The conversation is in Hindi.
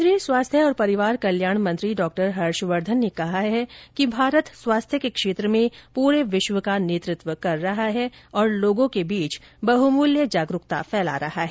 केंद्रीय स्वास्थ्य और परिवार कल्याण मंत्री डॉक्टर हर्षवर्धन ने कहा है कि भारत स्वास्थ्य के क्षेत्र में पूरे विश्व का नेतृत्व कर रहा है और लोगों के बीच बहुमूल्य जागरूकता फैला रहा है